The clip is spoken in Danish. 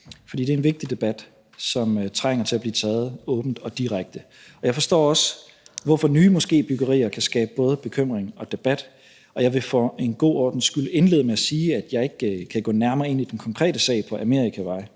for det er en vigtig debat, som trænger til at blive taget åbent og direkte. Jeg forstår også, hvorfor nye moskébyggerier kan skabe både bekymring og debat, og jeg vil for en god ordens skyld indlede med at sige, at jeg ikke kan gå nærmere ind i den konkrete sag på Amerikavej,